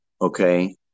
okay